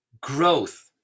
growth